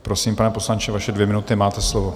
Prosím, pane poslanče, vaše dvě minuty, máte slovo.